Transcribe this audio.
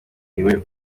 niwe